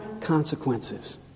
consequences